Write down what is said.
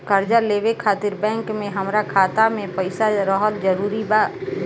कर्जा लेवे खातिर बैंक मे हमरा खाता मे पईसा रहल जरूरी बा?